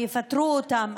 אם יפטרו אותן.